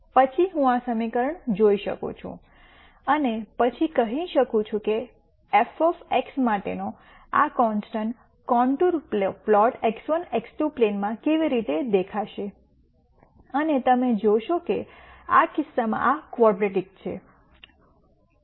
પછી હું આ સમીકરણ જોઈ શકું છું અને પછી કહી શકું છું કે f માટેનો આ constant contour plot x1 x2 પ્લેનમાં માં કેવી રીતે દેખાશે અને તમે જોશો કે આ કિસ્સામાં આ ક્વાડ્રૈટિક છે